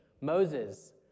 Moses